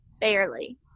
Barely